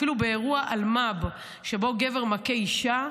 אפילו באירוע אלמ"ב שבו גבר מכה אישה,